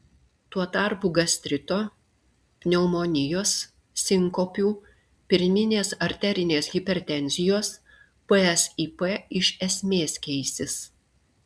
tuo tarpu gastrito pneumonijos sinkopių pirminės arterinės hipertenzijos psip iš esmės keisis